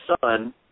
son